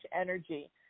energy